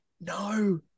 no